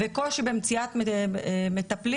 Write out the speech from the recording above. וקושי במציאת מטפלים,